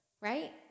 Right